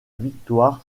victoire